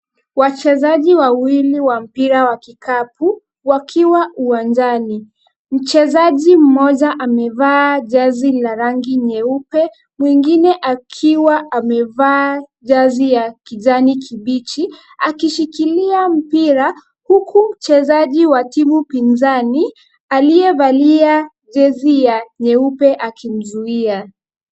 Wachezaji wawili wa mpira wa kikapu wakiwa uwanjani. Mchezaji mmoja amevaa jazi la rangi nyeupe, mwingine akiwa amevaa jazi ya kijani kibichi, akishikilia mpira huku mchezaji wa timu pinzani aliyevalia jezi ya nyeupe akimzuia.